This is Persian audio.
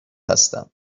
هستم